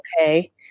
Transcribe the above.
okay